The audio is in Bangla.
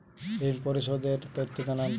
ঋন পরিশোধ এর তথ্য জানান